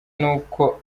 n’uko